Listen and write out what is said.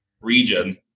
region